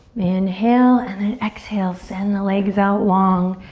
inhale and then exhale, send the legs out long.